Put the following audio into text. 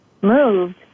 moved